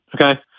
okay